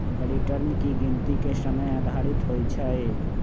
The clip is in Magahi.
रिटर्न की गिनति के समय आधारित होइ छइ